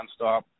nonstop